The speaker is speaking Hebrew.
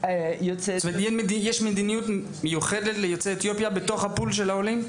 יש מדיניות מיוחדת ליוצאי אתיופיה שמבדילה אותם משאר העולים?